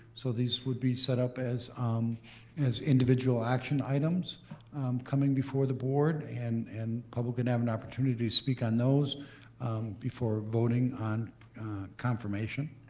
so these would be set up as um as individual action items coming before the board, and and public can have an opportunity to speak on those before voting on confirmation.